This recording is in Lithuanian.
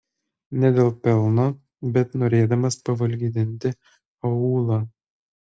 ne dėl pelno bet norėdamas pavalgydinti aūlą